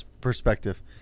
perspective